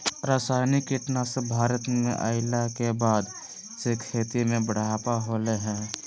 रासायनिक कीटनासक भारत में अइला के बाद से खेती में बढ़ावा होलय हें